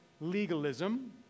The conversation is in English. legalism